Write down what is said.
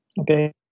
okay